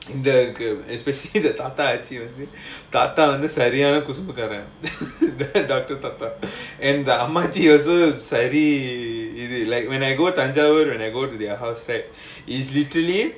இந்தியாக்கு:indiyaakku especially the தாத்தா ஆச்சி வந்து தாத்தா வந்து சரியான குசும்புக்காரன்:thatha aachi vandhu thatha vandhu sariana kusumbukkaaran and the அம்மாச்சி வந்து சரியான இது:ammachi vandhu sariyaana idhu like when I go thanjavoor when I go to their house right is literally